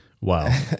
Wow